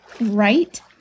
Right